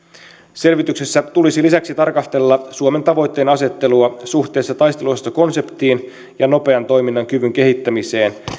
selvityksessä tulisi lisäksi tarkastella suomen tavoitteenasettelua suhteessa taisteluosastokonseptiin ja nopean toiminnan kyvyn kehittämiseen